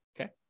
okay